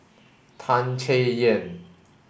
Tan Chay Yan